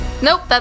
Nope